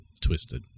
Twisted